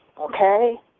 okay